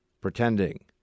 pretending